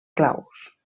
claus